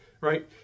right